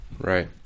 Right